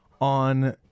on